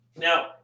now